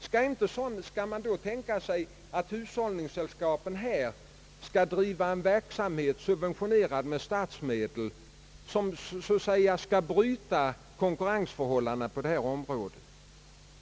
Skall man då tänka sig att hushållningssällskapen skall driva en verksamhet, subventionerad med statsmedel, som så att säga skall bryta konkurrensförhållandena på detta område?